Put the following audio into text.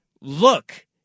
look